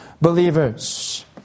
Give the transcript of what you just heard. believers